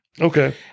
Okay